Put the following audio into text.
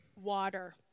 water